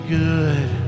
good